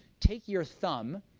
take your thumb,